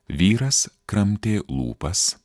vyras kramtė lūpas